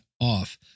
off